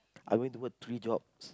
I went to work three jobs